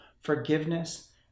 forgiveness